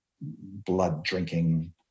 blood-drinking